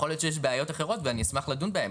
יכול להיות שיש בעיות אחרות ואני אשמח לדון בהן.